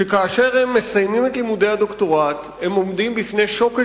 שכאשר הם מסיימים את לימודי הדוקטורט הם עומדים בפני שוקת